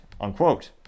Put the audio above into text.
Unquote